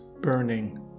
burning